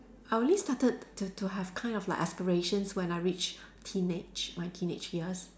I only started to to have kind of like aspirations when I reached teenage my teenage years